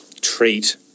treat